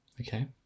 Okay